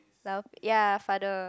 lao ya father